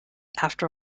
after